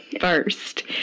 first